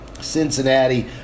Cincinnati